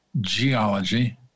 geology